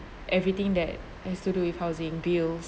everything that has to do with housing bills